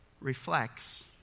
reflects